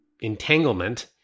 entanglement